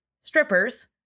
strippers